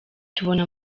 tubona